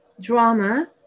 drama